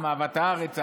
אהבת הארץ,